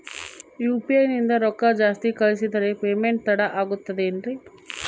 UPI ನಿಂದ ರೊಕ್ಕ ಜಾಸ್ತಿ ಕಳಿಸಿದರೆ ಪೇಮೆಂಟ್ ತಡ ಆಗುತ್ತದೆ ಎನ್ರಿ?